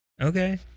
okay